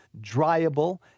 dryable